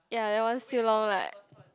ya that one still long lah